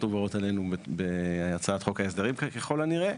ובאות עלינו בהצעת חוק ההסדרים ככל הנראה,